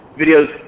videos